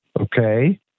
okay